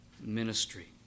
ministry